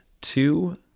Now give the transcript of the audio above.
two